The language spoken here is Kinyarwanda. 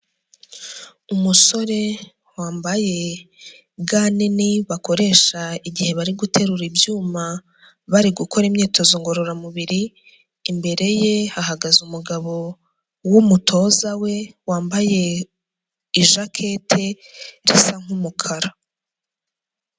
Umusore wambaye ga nini bakoresha igihe bari guterura ibyuma, bari gukora imyitozo ngororamubiri, imbere ye hagaze umugabo w'umutoza we wambaye ijaketi isa nk'umukara.